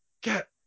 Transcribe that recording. Get